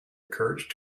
encouraged